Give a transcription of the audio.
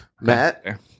Matt